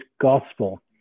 gospel